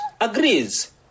agrees